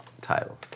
title